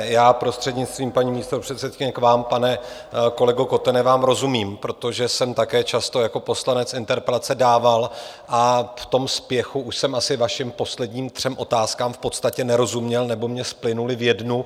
Já, prostřednictvím paní místopředsedkyně, k vám, pane kolego Kotene, vám rozumím, protože jsem také často jako poslanec interpelace dával, a v tom spěchu už jsem asi vašim posledním třem otázkám v podstatě nerozuměl nebo mně splynuly v jednu.